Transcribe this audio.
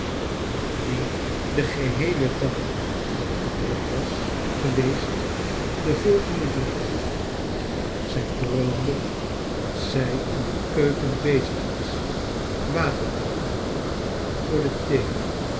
die den heelen dag wat gedrukt was geweest den volgenden droom zij droomde dat zij in de keuken bezig was water te koken voor de thee